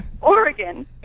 Oregon